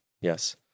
Yes